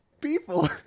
people